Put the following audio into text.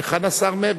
היכן השר מרגי?